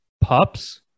pups